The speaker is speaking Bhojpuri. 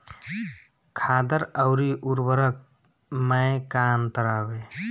खादर अवरी उर्वरक मैं का अंतर हवे?